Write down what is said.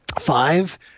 five